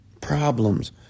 Problems